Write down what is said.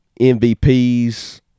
MVPs